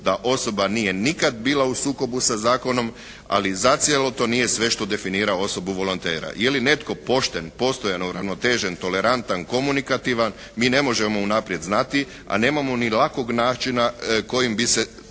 da osoba nikad nije bila u sukobu sa zakonom ali zacijelo to nije sve što definira osobu volontera. Je li netko pošten, postojan, uravnotežen, tolerantan, komunikativan mi ne možemo unaprijed znati, a nemamo ni lakog načina kojim bi se